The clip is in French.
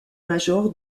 major